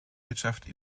wirtschaft